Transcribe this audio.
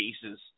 cases